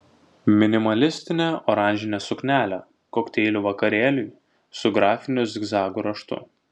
minimalistinė oranžinė suknelė kokteilių vakarėliui su grafiniu zigzagų raštu